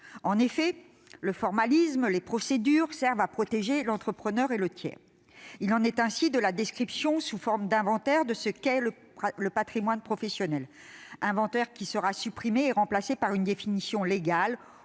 En effet, le formalisme, les procédures servent à protéger l'entrepreneur et les tiers. Il en est ainsi de la description, sous forme d'inventaire, de ce qu'est le patrimoine professionnel- inventaire qui sera d'ailleurs supprimé et remplacé par une définition légale